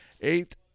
eighth